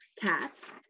cats